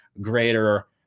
greater